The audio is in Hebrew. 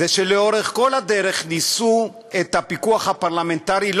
זה שלאורך כל הדרך ניסו את הפיקוח הפרלמנטרי,